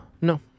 No